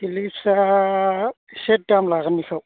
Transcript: फिलिपसआ एसे दाम लागोन बेखौ